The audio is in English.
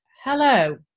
hello